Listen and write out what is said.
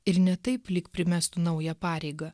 ir ne taip lyg primestų naują pareigą